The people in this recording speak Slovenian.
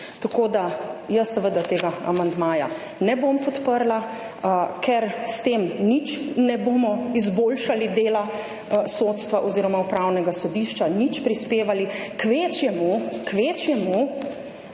Tako da jaz seveda tega amandmaja ne bom podprla, ker s tem nič ne bomo izboljšali dela sodstva oziroma upravnega sodišča, nič prispevali, k večjemu